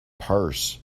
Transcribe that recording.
purse